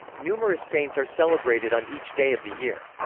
numerous saints are celebrated on each day of the year.